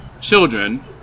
children